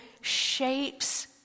shapes